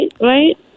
right